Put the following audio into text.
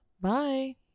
Bye